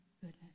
goodness